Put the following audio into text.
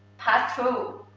pass through.